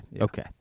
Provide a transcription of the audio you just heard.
Okay